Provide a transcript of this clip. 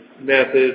methods